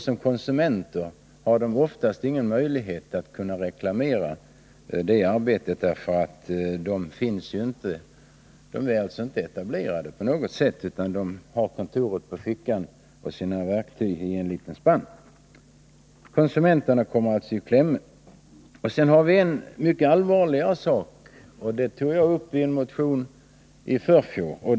Som konsumenter har de oftast ingen möjlighet att reklamera arbetet, eftersom skuttarna inte är etablerade på något sätt utan har kontoret på fickan och verktygen i en liten spann. Konsumenterna kommer alltså i kläm. En mycket allvarligare sak är den som jag tog uppi en motion i förfjol.